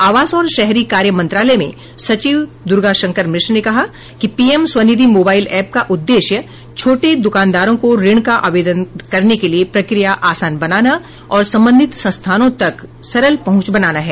आवास और शहरी कार्य मंत्रालय में सचिव दुर्गा शंकर मिश्र ने कहा कि पीएम स्वनिधि मोबाइल एप का उद्देश्य छोटे दुकानदारों को ऋण का आवेदन करने के लिए प्रक्रिया आसान बनाना और संबंधित संस्थानों तक सरल पहुंच बनाना है